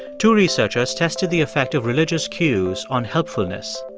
two researchers tested the effect of religious cues on helpfulness.